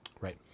Right